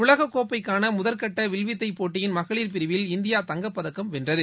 உலகக்கோப்பைக்கான முதற்கட்ட வில்வித்தைப் போட்டியின் மகளிர் பிரிவில் இந்தியா தங்கப் பதக்கம் வென்றது